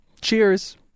Cheers